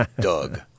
Doug